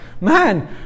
Man